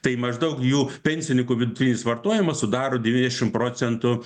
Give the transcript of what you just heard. tai maždaug jų pensininkų vidutinis vartojimas sudaro devyniasdešim procentų